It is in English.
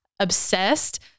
obsessed